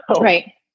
Right